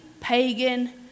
pagan